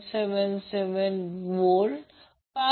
मला ते स्पष्ट करू द्या